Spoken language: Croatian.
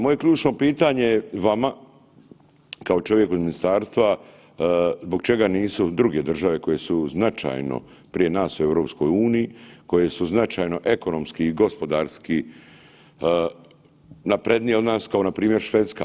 Moje ključno pitanje vama kao čovjeku iz ministarsta, zbog čega nisu druge države koje su značajno prije nas u EU, koje su značajno ekonomski i gospodarski naprednije od nas, kao npr. Švedska.